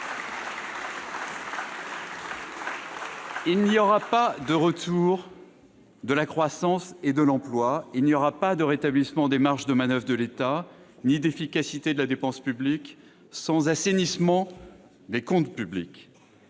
Il n'y aura pas de retour de la croissance et de l'emploi, pas de rétablissement des marges de manoeuvre de l'État, ni d'efficacité de la dépense publique sans assainissement des comptes publics.